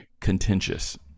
contentious